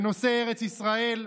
בנושא ארץ ישראל.